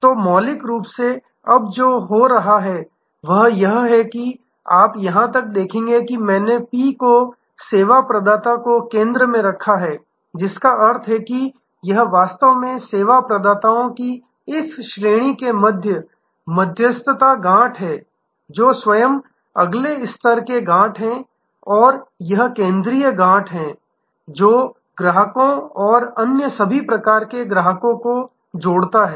तो मौलिक रूप से अब जो हो रहा है वह यह है कि आप यहां तक देखेंगे कि हमने P को सेवा प्रदाता को केंद्र में रखा है जिसका अर्थ है कि यह वास्तव में सेवा प्रदाताओं की इस श्रेणी के बीच मध्यस्थता गाँठ है जो स्वयं अगले स्तर के गाँठ हैं और यह केंद्रीय गाँठ है जो ग्राहकों और अन्य सभी प्रकार के ग्राहकों को जोड़ता है